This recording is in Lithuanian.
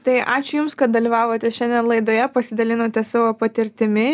tai ačiū jums kad dalyvavote šiandien laidoje pasidalinote savo patirtimi